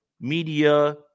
media